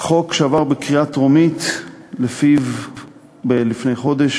חוק שעבר בקריאה טרומית לפני חודש